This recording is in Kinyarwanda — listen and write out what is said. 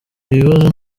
ibibazo